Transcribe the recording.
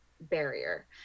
barrier